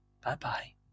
Bye-bye